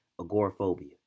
agoraphobia